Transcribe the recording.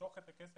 למשוך את הכסף,